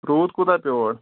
روٗد کوٗتاہ پیوٚو اورٕ